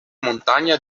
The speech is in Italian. montagna